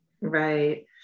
Right